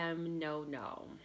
no-no